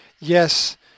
Yes